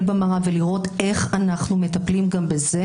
במראה ולראות איך אנחנו מטפלים גם בזה.